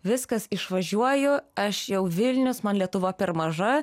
viskas išvažiuoju aš jau vilnius man lietuva per maža